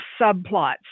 subplots